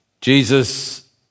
Jesus